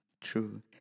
True